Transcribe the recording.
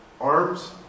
arms